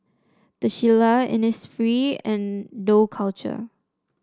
The Shilla Innisfree and Dough Culture